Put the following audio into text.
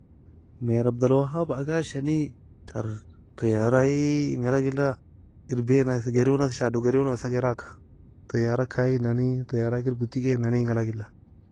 Mead عبد الوهاب عكاشة nee ter طيارة ei engalag ela erbaiena esa geruona shado geruona esa geraga طيارة ga kayenani طيارة hikr kotekenani enga alag ela